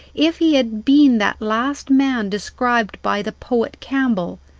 if he had been that last man described by the poet campbell,